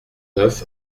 neuf